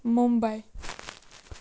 Mumbai